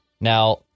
Now